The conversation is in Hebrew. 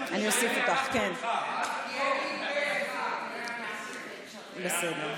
הצעת חוק ההוצאה לפועל (תיקון מס' 66)